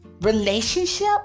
relationship